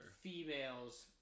females